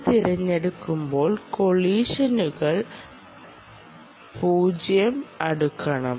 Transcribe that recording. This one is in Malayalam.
അത് തിരഞ്ഞെടുക്കുമ്പോൾ കൊളിഷനുകൾ 0 അടുക്കണം